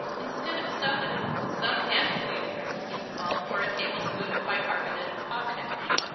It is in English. instead of soda, some antiquated recipes call for a tablespoon of bicarbonate of potash.